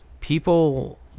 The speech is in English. people